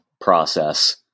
process